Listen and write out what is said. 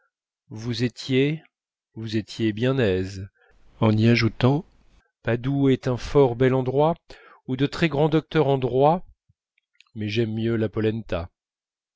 vous étiez vous étiez bien aise en y ajoutant padoue est un fort bel endroit où de très grands docteurs en droit mais j'aime mieux la polenta